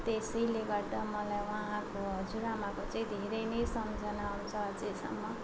त्यसैले गर्दा मलाई उहाँको हजुरआमाको चाहिँ धेरै नै सम्झना आउँछ अझसम्म